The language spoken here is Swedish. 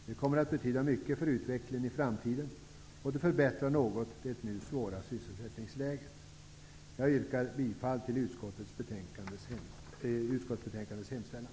Det kommer att betyda mycket för utvecklingen i framtiden, och det förbättrar något det nu svåra sysselsättningsläget. Jag yrkar bifall till utskottets hemställan.